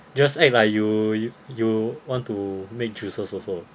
just act like you you want to make juices also